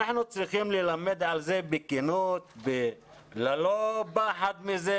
אנחנו צריכים ללמד על זה בכנות, ללא פחד מזה.